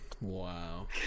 Wow